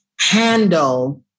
handle